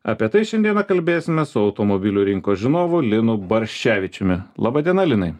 apie tai šiandieną kalbėsimės su automobilių rinkos žinovu linu barščevičiumi laba diena linai